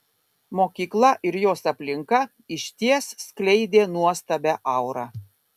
mokykla ir jos aplinka išties skleidė nuostabią aurą